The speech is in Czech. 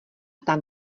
tam